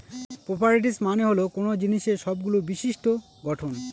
properties মানে হল কোনো জিনিসের সবগুলো বিশিষ্ট্য গঠন